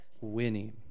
winning